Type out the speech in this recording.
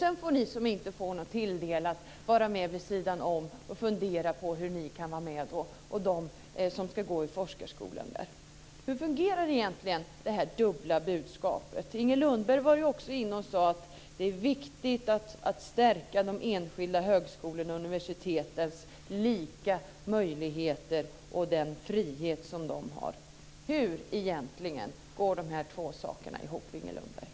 Sedan får ni som inte får något tilldelat vara med vid sidan om och fundera på hur ni kan vara med, och hur de som ska gå i forskarskolan ska göra osv. Hur fungerar egentligen detta dubbla budskap? Inger Lundberg sade också att det är viktigt att stärka de enskilda högskolornas och universitetens lika möjligheter och den frihet som de har. Hur går egentligen de här två sakerna ihop, Inger Lundberg?